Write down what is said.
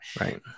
right